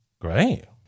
Great